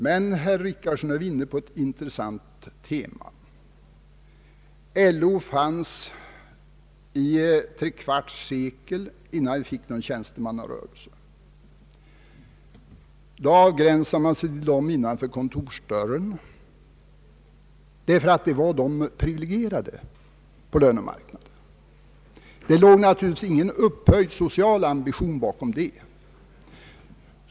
Men, herr Richardson, nu är vi inne på ett intressant tema. LO har funnits i trekvarts sekel innan det blev någon tjänstemannarörelse. I denna nya rörelse avgränsade man sig till dem som fanns innanför kontorsdörren, ty de var de privilegierade på lönemarknaden, Det låg naturligtvis ingen upphöjd social ambition bakom denna strävan.